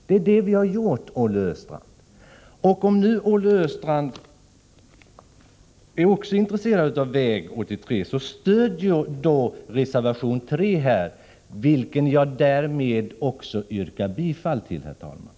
Det är det vi har gjort, Olle Östrand. Om Olle Östrand nu också är intresserad av väg 83, så stöd då reservation 3, vilken jag härmed också yrkar bifall till, herr talman!